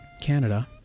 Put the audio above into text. Canada